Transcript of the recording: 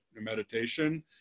meditation